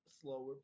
slower